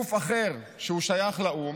גוף אחר ששייך לאו"ם,